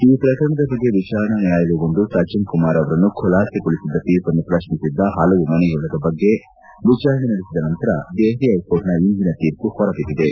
ಈ ಪ್ರಕರಣದ ಬಗ್ಗೆ ವಿಚಾರಣಾ ನ್ವಾಯಾಲಯವೊಂದು ಸಜ್ಜನ್ ಕುಮಾರ್ ಅವರನ್ನು ಖುಲಾಸೆಗೊಳಿಸಿದ್ದ ತೀರ್ಪನ್ನು ಪ್ರಶ್ನಿಸಿದ್ದ ಹಲವು ಮನವಿಗಳ ಬಗ್ಗೆ ವಿಚಾರಣೆ ನಡೆಸಿದ ನಂತರ ದೆಹಲಿ ಹ್ಲೆಕೋರ್ಟ್ನ ಇಂದಿನ ತೀರ್ಮ ಹೊರಬಿದ್ದಿದೆ